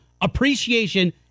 appreciation